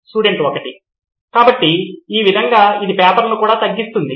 student 1 కాబట్టి ఈ విధంగా ఇది పేపర్లను కూడా తగ్గిస్తుంది